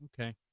okay